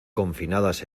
confinadas